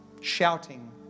Shouting